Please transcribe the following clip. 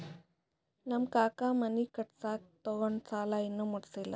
ನಮ್ ಕಾಕಾ ಮನಿ ಕಟ್ಸಾಗ್ ತೊಗೊಂಡ್ ಸಾಲಾ ಇನ್ನಾ ಮುಟ್ಸಿಲ್ಲ